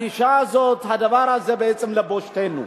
הגישה הזאת, הדבר הזה בעצם לבושתנו,